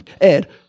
Ed